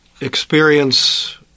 experience